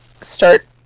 start